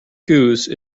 goose